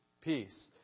Peace